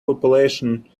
population